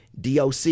DOC